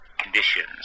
Conditions